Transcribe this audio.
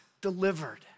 delivered